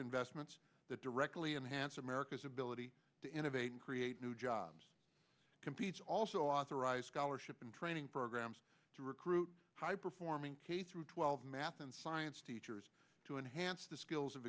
investments that directly enhanced america's ability to innovate and create new jobs competes also authorized scholarship and training programs to recruit high performing k through twelve math and science teachers to enhance the skills of